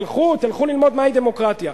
תלכו, תלכו ללמוד מהי דמוקרטיה.